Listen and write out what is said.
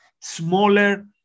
smaller